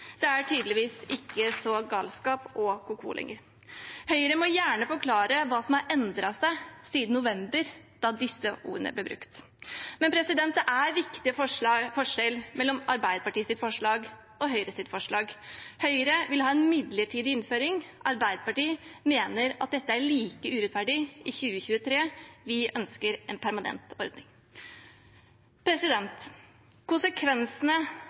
Det er tydeligvis ikke så galskap og ko-ko lenger. Høyre må gjerne forklare hva som har endret seg siden november, da disse ordene ble brukt. Det er en viktig forskjell mellom Arbeiderpartiets og Høyres forslag. Høyre vil ha en midlertidig innføring. Arbeiderpartiet mener at dette er like urettferdig i 2023. Vi ønsker en permanent ordning. Konsekvensene